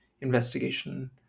investigation